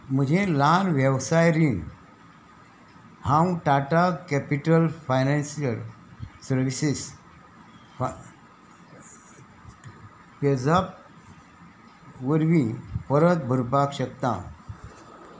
म्हजें ल्हान वेवसाय रीण हांव Tata Capital Financial Services PayZapp वरवीं परत भरपाक शकता